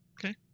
Okay